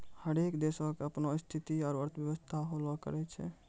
हरेक देशो के अपनो स्थिति आरु अर्थव्यवस्था होलो करै छै